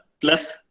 plus